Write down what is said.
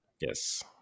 Yes